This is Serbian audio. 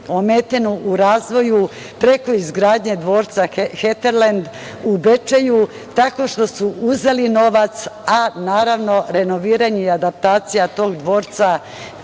ometenu u razvoju preko izgradnje dvorca Heterlend u Bečeju, tako što su uzeli novac a renoviranje i adaptacija tog dvorca nikada